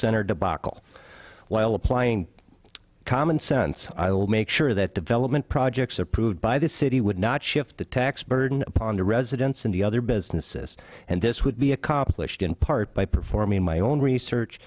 center debacle while applying common sense i'll make sure that development projects are approved by the city would not shift the tax burden upon the residents and the other businesses and this would be accomplished in part by performing my own research